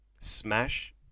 smash